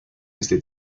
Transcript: este